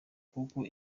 kuko